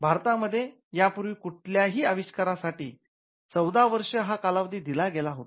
भारतामध्ये या पूर्वी कुठल्या हि अविष्कार साठी चौदा वर्ष हा कालावधी दिला गेला होता